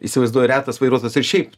įsivaizduoju retas vairuotojas ir šiaip